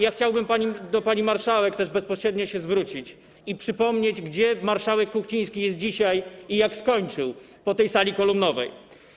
Ja chciałbym do pani marszałek też bezpośrednio się zwrócić i przypomnieć, gdzie marszałek Kuchciński jest dzisiaj i jak skończył po tym, co zrobiono w sali kolumnowej.